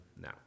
now